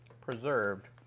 preserved